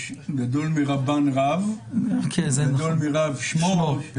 יש גדול מרב רבן, גדול מרבן שמו.